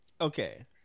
Okay